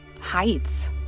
heights